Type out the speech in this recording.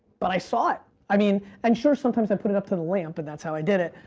but i saw it. i mean, and sure, sometimes, i put it up to the lamp and that's how i did it,